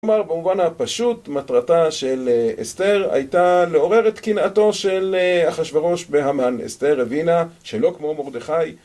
כלומר, במובן הפשוט, מטרתה של אסתר הייתה לעורר את קנאתו של אחשורוש בהמן, אסתר הבינה, שלא כמו מרדכי.